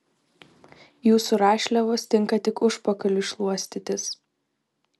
jūsų rašliavos tinka tik užpakaliui šluostytis